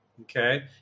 Okay